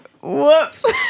Whoops